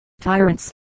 tyrants